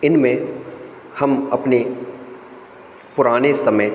इनमें हम अपने पुराने समय